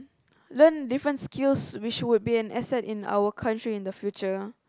learn different skills which will be an asset in our country in the future